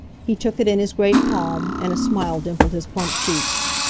he took it in his great palm, and a smile dimpled his plump cheeks.